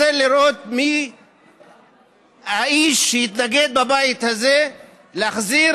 רוצה לראות מי האיש שיתנגד בבית הזה להחזיר